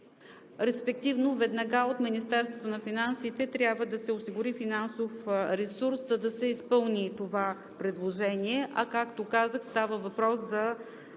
респективно веднага от Министерството на финансите трябва да се осигури финансов ресурс, за да се изпълни това предложение, а както казах, става въпрос за